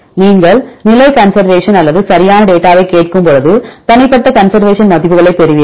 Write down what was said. நீங்கள் நிலை கன்சர்வேஷன் அல்லது சரியான டேட்டாவை கேட்கும்பொழுது தனிப்பட்ட கன்சர்வேஷன் மதிப்புகளை பெறுவீர்கள்